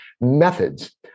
methods